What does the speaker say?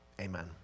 amen